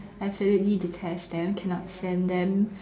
absolutely detest them cannot stand them